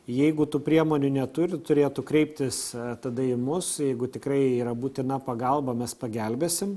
jeigu tų priemonių neturi turėtų kreiptis tada į mus jeigu tikrai yra būtina pagalba mes pagelbėsim